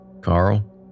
Carl